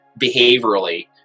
behaviorally